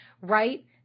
right